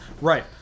Right